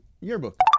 yearbook